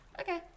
Okay